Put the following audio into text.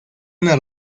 una